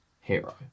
hero